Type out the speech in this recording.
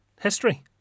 History